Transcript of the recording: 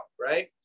right